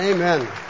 Amen